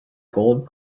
gold